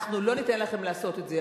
אנחנו לא ניתן לכם לעשות את זה.